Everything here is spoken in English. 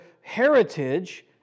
heritage